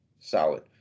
solid